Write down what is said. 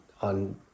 on